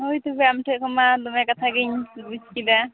ᱦᱳᱭ ᱛᱚᱵᱮ ᱟᱢᱴᱷᱮᱡ ᱠᱷᱚᱱ ᱢᱟ ᱫᱚᱢᱮ ᱠᱟᱛᱷᱟ ᱜᱮᱧ ᱵᱩᱡᱽ ᱠᱮᱫᱟ